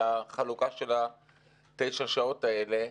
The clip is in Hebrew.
על החלוקה של תשע השעות האלה.